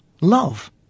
love